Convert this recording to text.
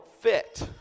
fit